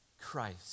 Christ